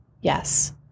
Yes